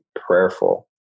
prayerful